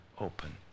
open